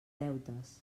deutes